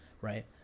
right